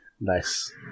nice